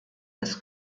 des